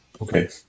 Okay